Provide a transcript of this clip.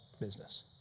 business